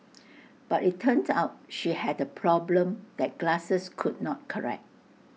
but IT turned out she had A problem that glasses could not correct